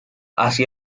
así